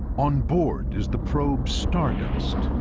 onboard is the probe stardust.